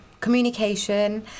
communication